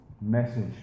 message